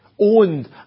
Owned